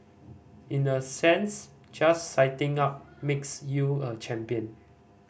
in a sense just signing up makes you a champion